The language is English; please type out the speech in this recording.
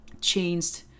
changed